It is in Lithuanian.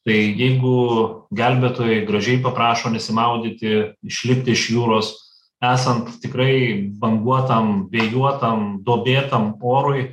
tai jeigu gelbėtojai gražiai paprašo nesimaudyti išlipti iš jūros esant tikrai banguotam vėjuotam duobėtam orui